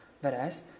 Whereas